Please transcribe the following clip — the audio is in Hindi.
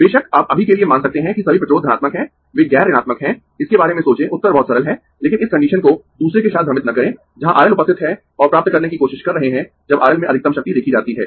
बेशक आप अभी के लिए मान सकते है कि सभी प्रतिरोध धनात्मक है वे गैर ऋणात्मक है इसके बारे में सोचें उत्तर बहुत सरल है लेकिन इस कंडीशन को दूसरे के साथ भ्रमित न करें जहां R L उपस्थित है और प्राप्त करने की कोशिश कर रहे है जब R L में अधिकतम शक्ति देखी जाती है